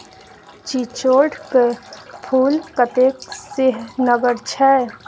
चिचोढ़ क फूल कतेक सेहनगर छै